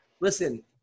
listen